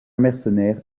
mercenaire